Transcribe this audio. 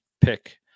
pick